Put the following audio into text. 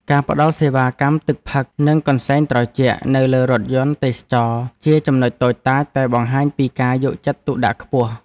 ការផ្តល់សេវាកម្មទឹកផឹកនិងកន្សែងត្រជាក់នៅលើរថយន្តទេសចរណ៍ជាចំណុចតូចតាចតែបង្ហាញពីការយកចិត្តទុកដាក់ខ្ពស់។